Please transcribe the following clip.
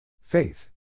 Faith